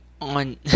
on